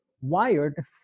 wired